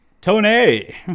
Tony